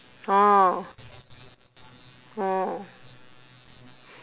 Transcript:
orh oh